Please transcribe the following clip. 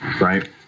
right